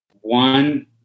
One